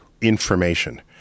information